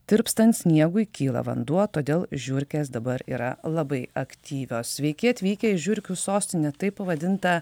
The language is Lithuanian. tirpstant sniegui kyla vanduo todėl žiurkės dabar yra labai aktyvios sveiki atvykę į žiurkių sostinę taip pavadinta